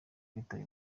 kwitaba